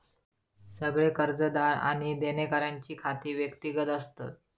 सगळे कर्जदार आणि देणेकऱ्यांची खाती व्यक्तिगत असतत